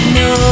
no